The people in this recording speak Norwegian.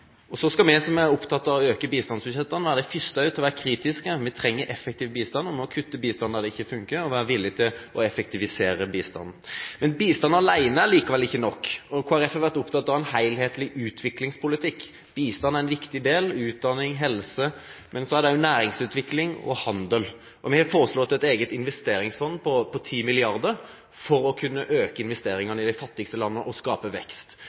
Så skal vi som er opptatt av å øke bistandsbudsjettene, være de første til å være kritiske. Vi trenger effektiv bistand, og vi må kutte i bistanden der den ikke funker, og være villige til å effektivisere bistanden. Men bistand alene er likevel ikke nok. Kristelig Folkeparti har vært opptatt av en helhetlig utviklingspolitikk. Bistand er en viktig del – utdanning, helse – men så er det også næringsutvikling og handel. Vi har foreslått et eget investeringsfond på 10 mrd. kr. for å kunne øke investeringene i de fattigste landene og skape vekst.